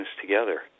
together